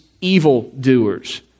evildoers